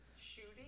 Shooting